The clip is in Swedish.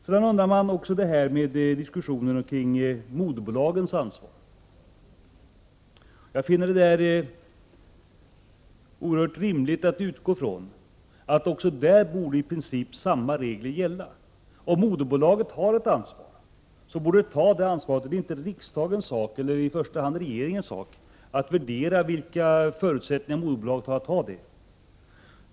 Sedan undrar man litet om diskussionen kring moderbolagens ansvar. Jag finner det oerhört rimligt att utgå från att också där borde i princip samma regler gälla. Om moderbolaget har ett ansvar borde det också ta det ansvaret. Det är inte riksdagens sak, eller i första hand regeringens sak, att värdera vilka förutsättningar moderbolaget har att ta ansvaret.